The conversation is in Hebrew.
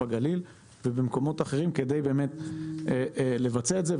הגליל ובמקומות אחרים כדי שבאמת לבצע את זה.